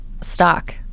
stock